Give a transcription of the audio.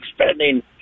spending